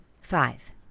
Five